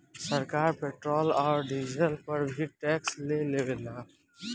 सरकार पेट्रोल औरी डीजल पर भी टैक्स ले लेवेला